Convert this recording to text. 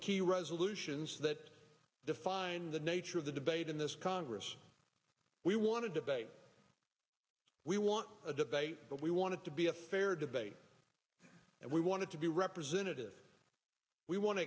key resolutions that define the new of the debate in this congress we want to debate we want a debate but we want to be a fair debate and we want to be representative we want to